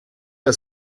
der